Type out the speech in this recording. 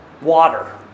water